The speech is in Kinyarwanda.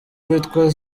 witwa